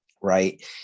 right